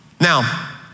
Now